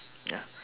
ya